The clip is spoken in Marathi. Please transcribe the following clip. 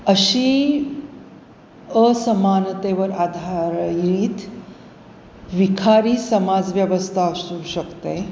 अशी असमानतेवर आधारित विखारी समाजव्यवस्था असू शकते